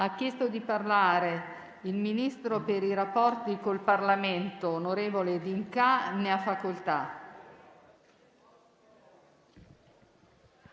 Ha chiesto di intervenire il ministro per i rapporti con il Parlamento, onorevole D'Incà. Ne ha facoltà.